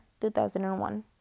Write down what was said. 2001